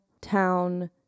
town